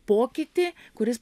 pokytį kuris